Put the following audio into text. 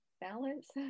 balance